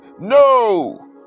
No